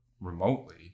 remotely